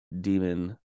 demon